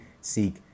seek